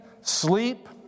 sleep